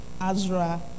Azra